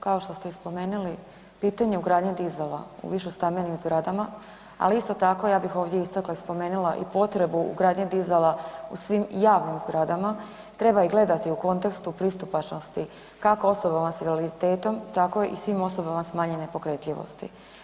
Kao što ste i spomenili, pitanje ugradnje dizala u višestambenim zgradama, ali isto tako ja bih ovdje istakla i spomenila i potrebu ugradnje dizala u svim javnim zgradama, treba i gledati u kontekstu pristupačnosti kako osobama s invaliditetom, tako i svim osobama smanjene pokretljivosti.